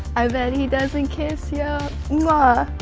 i bet he doesn't kiss ya mwah,